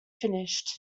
finished